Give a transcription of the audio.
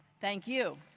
thank you.